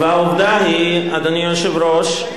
אדוני היושב-ראש,